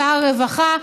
שר הרווחה,